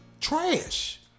trash